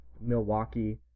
Milwaukee